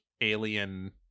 alien